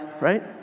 right